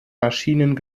maschinen